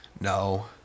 No